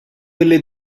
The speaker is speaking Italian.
delle